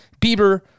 Bieber